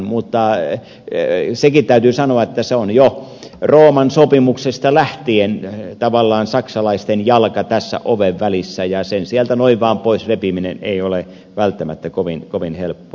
mutta sekin täytyy sanoa että se on jo rooman sopimuksesta lähtien tavallaan saksalaisten jalka tässä oven välissä ja sen sieltä noin vaan pois repiminen ei ole välttämättä kovin helppoa